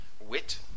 wit